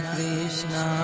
Krishna